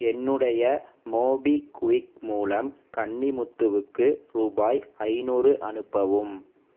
என்னுடைய மோபிகுவிக் மூலம் கன்னிமுத்துவுக்கு ரூபாய் ஐநூறு அனுப்பவும்